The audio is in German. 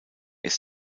ist